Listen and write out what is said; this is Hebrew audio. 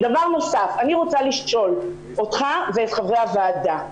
דבר וסף, אני רוצה לשאול אותך ואת חברי הוועדה,